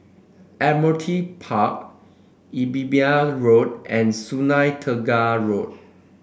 Admiralty Park Imbiah Road and Sungei Tengah Road